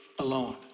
alone